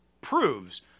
proves